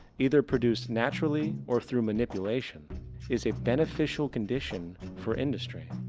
either produced naturally or through manipulation is a beneficial condition for industry?